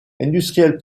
industriel